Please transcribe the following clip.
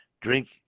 Drink